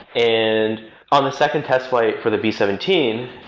and on the second test flight for the b seventeen,